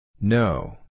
No